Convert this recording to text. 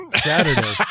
Saturday